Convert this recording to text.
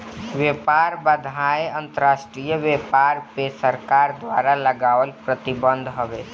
व्यापार बाधाएँ अंतरराष्ट्रीय व्यापार पअ सरकार द्वारा लगावल प्रतिबंध हवे